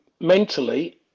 mentally